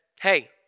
hey